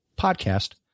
podcast